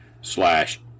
Slash